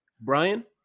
Brian